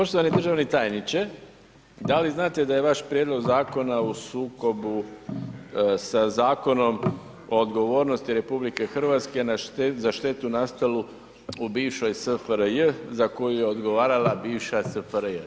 Poštovani državni tajniče, da li znate da je vaš prijedlog zakona u sukobu sa Zakonom o odgovornosti RH za štetu nastalu u bivšoj SFRJ za koju je odgovarala bivša SFRJ?